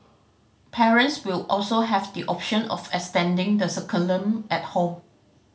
parents will also have the option of extending the curriculum at home